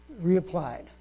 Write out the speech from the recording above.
reapplied